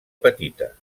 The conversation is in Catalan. petita